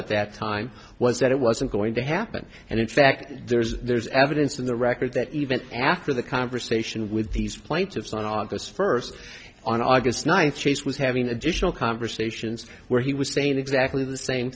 at that time was that it wasn't going to happen and in fact there's there's evidence in the record that even after the conversation with these plaintiffs on august first on august ninth chase was having additional conversations where he was saying exactly the same